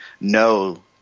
no